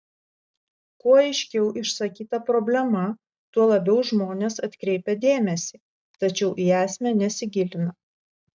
kuo aiškiau išsakyta problema tuo labiau žmonės atkreipia dėmesį tačiau į esmę nesigilina